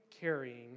carrying